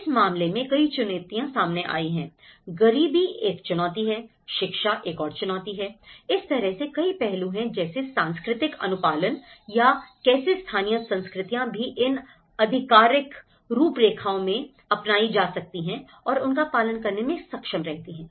इस मामले में कई चुनौतियां सामने आई हैं गरीबी एक चुनौती है शिक्षा एक और चुनौती है इस तरह से कई पहलू हैं जैसे सांस्कृतिक अनुपालन या कैसे स्थानीय संस्कृतियां भी इन आधिकारिक रूपरेखाओं मैं अपनाई जा सकती हैं और इनका पालन करने में सक्षम रहती हैं